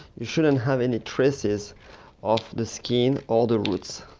you shouldn't have any traces of the skin or the roots.